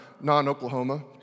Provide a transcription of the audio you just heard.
non-Oklahoma